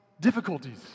difficulties